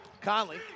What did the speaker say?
Conley